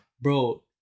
Bro